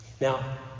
Now